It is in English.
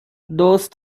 those